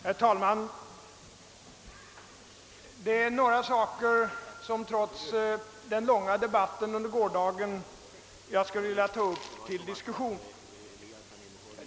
Herr talman! Det är några saker som jag, trots den långa debatt som fördes under gårdagen, skulle vilja ta upp till diskussion.